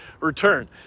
return